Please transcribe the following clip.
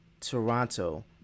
Toronto